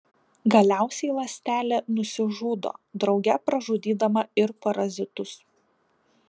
galiausiai ląstelė nusižudo drauge pražudydama ir parazitus